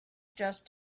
just